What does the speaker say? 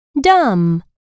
dumb